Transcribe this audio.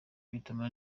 bituma